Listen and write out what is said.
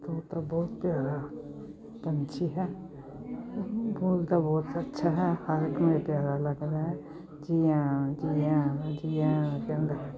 ਤੋਤਾ ਬਹੁਤ ਪਿਆਰਾ ਪੰਛੀ ਹੈ ਬੋਲਦਾ ਬਹੁਤ ਅੱਛਾ ਹੈ ਹਰ ਇੱਕ ਨੂੰ ਇਹ ਪਿਆਰਾ ਲੱਗਦਾ ਹੈ ਚਿ ਆਂ ਚਿ ਆਂ ਚਿ ਆਂ ਕਹਿੰਦਾ ਹੈ